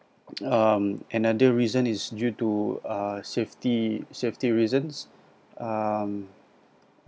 um another reason is due to a safety safety reasons um